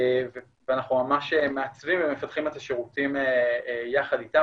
ואנחנו ממש מעצבים ומפתחים את השירותים יחד איתם